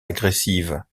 agressive